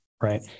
right